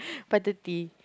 five thirty